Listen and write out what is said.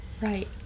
Right